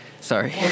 sorry